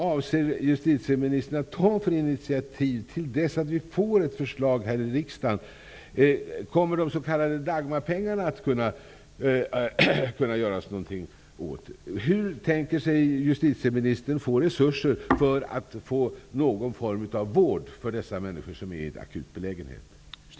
Kommer det att kunna göras något när det gäller de s.k. Dagmarpengarna? Hur tänker sig justitieministern att få resurser för någon form av vård för de människor som är i en akut belägenhet?